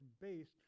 based